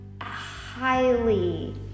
highly